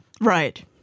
Right